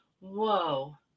whoa